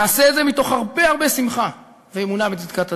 נעשה את זה מתוך הרבה הרבה שמחה ואמונה בצדקת הדרך.